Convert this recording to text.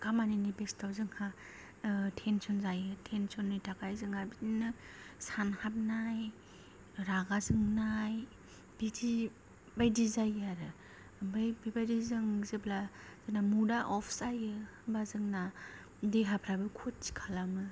खामानिनि बेस्थ'आव जोंहा थेनसन जायो थेनसननि थाखाय जोंहा बिदिनो सानहाबनय रागाजोंनाय बिदि बायदि जायो आरो ओमफाय बेबायदि जों जेब्ला जोंना मुदा अप जायो होनबा जोंना देहाफ्राबो खथि खालामो